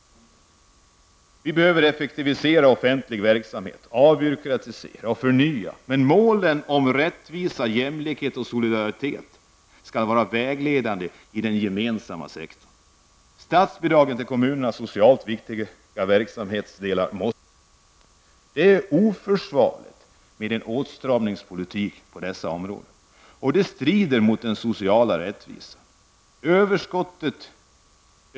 Vi behöver effektivisera offentlig verksamhet, avbyråkratisera och förnya. Men målen beträffande rättvisa, jämlikhet och solidaritet skall vara vägledande i den gemensamma sektorn. Statsbidragen till kommunernas socialt viktiga verksamhet måste öka. Det är oförsvarligt att föra en åtstramningspolitik på dessa områden. Det strider mot den sociala rättvisan.